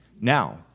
Now